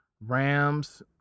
Rams